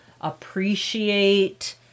appreciate